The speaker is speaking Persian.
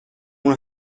اون